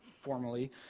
formally